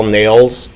nails